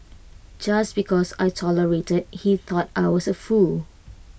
just because I tolerated he thought I was A fool